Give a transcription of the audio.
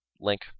Link